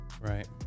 Right